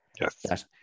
Yes